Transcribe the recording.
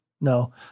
No